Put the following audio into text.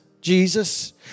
Jesus